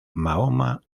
mahoma